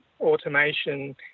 automation